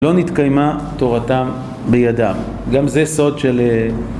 ‫לא נתקיימה תורתם בידם. ‫גם זה סוד של...